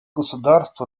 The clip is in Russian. государств